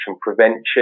prevention